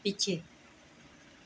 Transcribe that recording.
ਪਿੱਛੇ